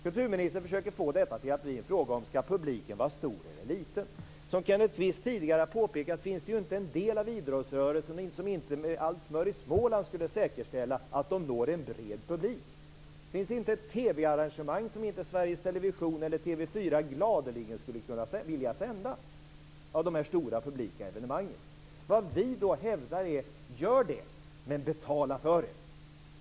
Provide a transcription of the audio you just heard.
Kulturministern försöker få detta till en fråga om om publiken skall vara stor eller liten. Som Kenneth Kvist tidigare har påpekat finns det ju inte någon del inom idrottsrörelsen som inte till varje pris vill säkerställa att de når en bred publik. Det finns inte ett TV arrangemang, av de stora publika evenemangen, som Sveriges Television eller TV 4 inte gladeligen skulle sända. Vad vi hävdar är: Gör det, men betala för det.